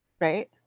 right